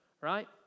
right